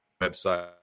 website